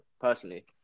personally